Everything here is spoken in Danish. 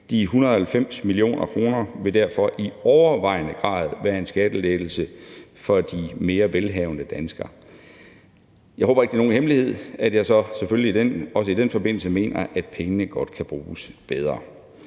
De 190 mio. kr. vil derfor i overvejende grad være en skattelettelse for de mere velhavende danskere. Jeg håber ikke, det er nogen hemmelighed, at jeg så selvfølgelig også i den forbindelse mener, at pengene godt kan bruges bedre.